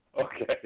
Okay